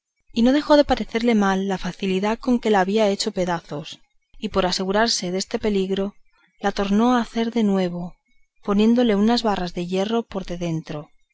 y no dejó de parecerle mal la facilidad con que la había hecho pedazos y por asegurarse deste peligro la tornó a hacer de nuevo poniéndole unas barras de hierro por de dentro